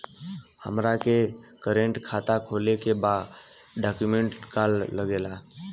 हमारा के करेंट खाता खोले के बा का डॉक्यूमेंट लागेला?